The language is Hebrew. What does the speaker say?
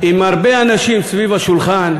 עם הרבה אנשים סביב השולחן,